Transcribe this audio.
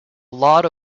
lot